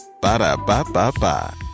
Ba-da-ba-ba-ba